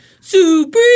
super –